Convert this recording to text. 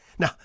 Now